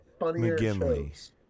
McGinley